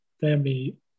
family